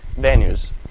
venues